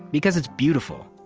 because it's beautiful.